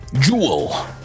Jewel